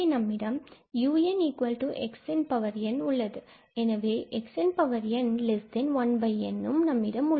இங்கு எனவே xnn1n உள்ளது